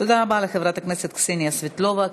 תודה רבה לחברת הכנסת קסניה סבטלובה.